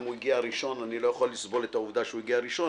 הוא הגיע ראשון ואני לא יכול לסבול את העובדה שהוא הגיע ראשון,